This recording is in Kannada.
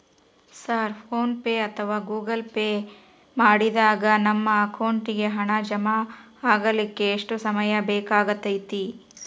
ಸರ್ ಫೋನ್ ಪೆ ಅಥವಾ ಗೂಗಲ್ ಪೆ ಮಾಡಿದಾಗ ನಮ್ಮ ಅಕೌಂಟಿಗೆ ಹಣ ಜಮಾ ಆಗಲಿಕ್ಕೆ ಎಷ್ಟು ಸಮಯ ಬೇಕಾಗತೈತಿ?